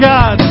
God